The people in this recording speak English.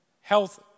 health